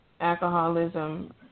alcoholism